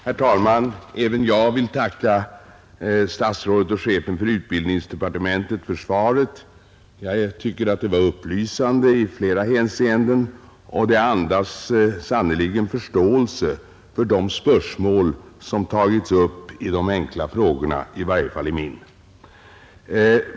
Herr talman! Även jag vill tacka statsrådet och chefen för utbildningsdepartementet för svaret. Jag tycker att det var upplysande i flera hänseenden, och det andas sannerligen förståelse för de spörsmål som tagits upp i de enkla frågorna, i varje fall i min.